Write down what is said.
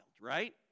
right